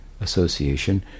association